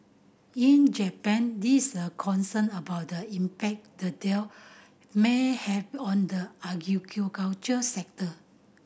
in Japan these are concern about the impact the deal may have on the sector